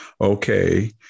Okay